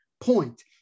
point